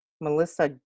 melissa